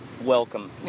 welcome